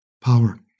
Power